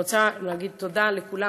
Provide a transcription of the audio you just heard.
אני רוצה להגיד תודה לכולם.